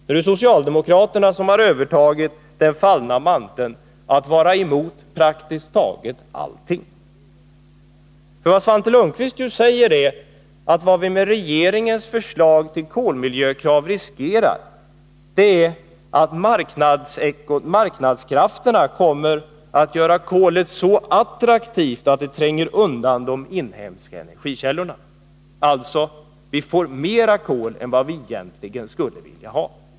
Nu är det socialdemokraterna som har övertagit den fallna manteln och är emot praktiskt taget allting. Vad Svante Lundkvist säger är ju att vi med regeringens förslag till kolmiljökrav riskerar att marknadskrafterna kommer att göra kolet så attraktivt att det tränger undan de inhemska energikällorna — vi får alltså mer kol än vi egentligen skulle vilja ha.